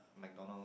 McDonald